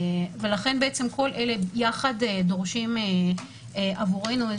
כל אלה יחד דורשים עבורנו,